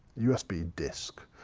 usb disk,